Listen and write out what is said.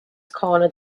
cornered